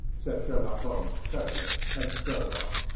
said sherlock holmes curtly, and strode off.